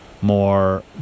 more